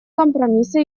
компромисса